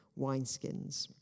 wineskins